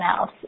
else